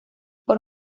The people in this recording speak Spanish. por